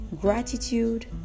gratitude